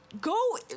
Go